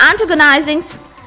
antagonizing